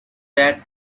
that